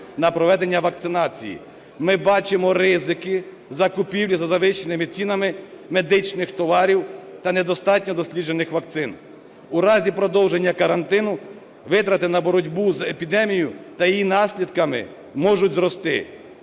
на проведення вакцинації. Ми бачимо ризики закупівлі за завищеними цінами медичних товарів та недостатньо досліджених вакцин. У разі продовження карантину витрати на боротьбу з епідемією та її наслідками можуть зрости.